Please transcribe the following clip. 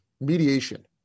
mediation